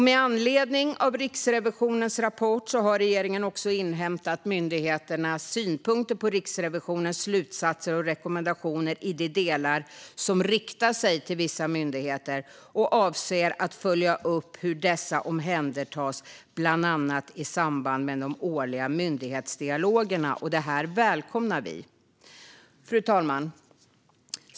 Med anledning av Riksrevisionens rapport har regeringen också inhämtat myndigheternas synpunkter på Riksrevisionens slutsatser och rekommendationer i de delar som riktar sig till vissa myndigheter och avser att följa upp hur dessa omhändertas bland annat i samband med de årliga myndighetsdialogerna. Detta välkomnar vi. Fru talman!